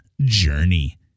journey